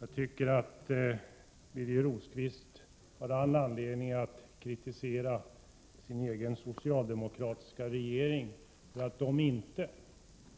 Jag tycker att Birger Rosqvist har all anledning att kritisera sin egen socialdemokratiska regering för att den inte,